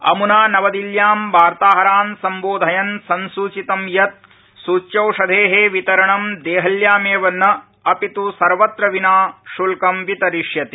अमुना नवदिल्यां वार्ताहरान् सम्बोधयन् संसूचितं यत् सूच्यौषधे वितरण देहल्यामेव न अपित् सर्वत्र विना श्ल्कं वितरिष्यते